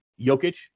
Jokic